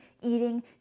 eating